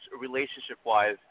relationship-wise